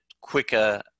quicker